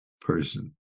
person